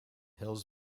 hills